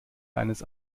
eines